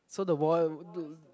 so the wall